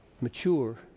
mature